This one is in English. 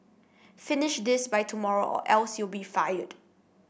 finish this by tomorrow or else you'll be fired